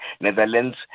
Netherlands